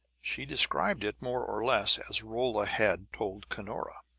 she described it more or less as rolla had told cunora.